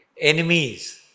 enemies